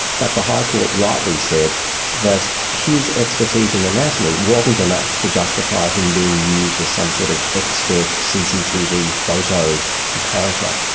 but the high court rightly said that his expertise in anatomy wasn't enough to justify him being used as some sort of expert cctv photo comparator.